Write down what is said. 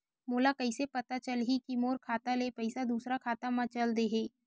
मोला कइसे पता चलही कि मोर खाता ले पईसा दूसरा खाता मा चल देहे?